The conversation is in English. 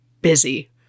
busy